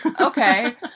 okay